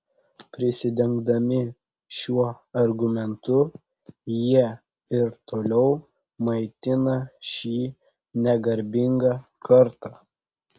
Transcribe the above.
prisidengdami šiuo argumentu jie ir toliau maitina šį negarbingą karą